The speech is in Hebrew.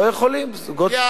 לא יכולים.